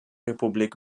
republik